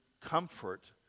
comfort